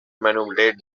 manipulate